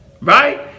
Right